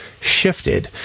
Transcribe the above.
shifted